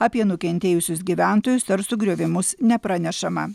apie nukentėjusius gyventojus ar sugriovimus nepranešama